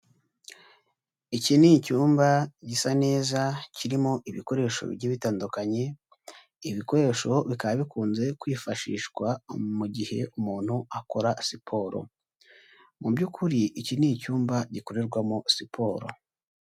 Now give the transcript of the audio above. Iki ni icyumba gisa neza, kirimo ibikoresho bitandukanye, ibikoresho bikaba bikunze kwifashishwa mu gihe umuntu akora siporo, mu by'ukuri iki ni icyumba gikorerwamo siporo.